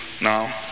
now